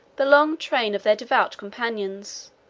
the long train of their devout companions,